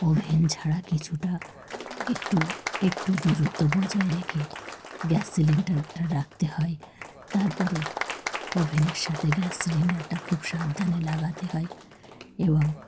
oven ছাড়া কিছুটা একটু একটু দূরত্ব বজায় রেখে গ্যাস সিলিন্ডারটা রাখতে হয় তার পরে ওভেনের সাথে গ্যাস সিলিন্ডারটা খুব সাবধানে লাগাতে হয় এবং